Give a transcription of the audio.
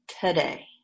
today